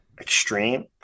extreme